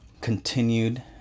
continued